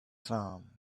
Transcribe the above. some